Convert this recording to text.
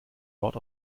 wort